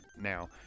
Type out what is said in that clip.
now